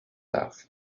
darf